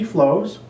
Flows